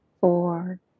four